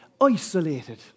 isolated